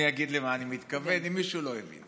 אני אגיד למה אני מתכוון, אם מישהו לא הבין.